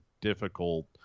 difficult